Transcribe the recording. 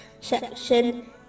section